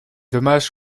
dommage